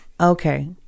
okay